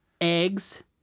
Eggs